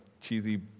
cheesy